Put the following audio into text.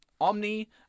Omni